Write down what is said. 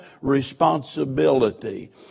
responsibility